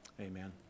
Amen